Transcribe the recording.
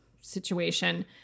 Situation